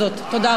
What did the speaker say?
כל הכבוד.